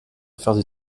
affaires